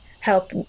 help